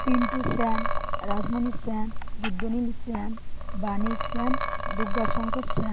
Pintu Sen Rajmani Sen Rudranil Sen Bani Sen Durga Shankar Sen